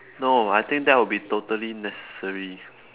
no I think that will be totally necessary